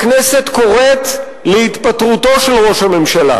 הכנסת קוראת להתפטרותו של ראש הממשלה